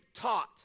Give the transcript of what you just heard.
taught